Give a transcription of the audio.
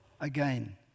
again